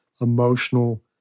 emotional